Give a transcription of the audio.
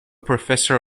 professor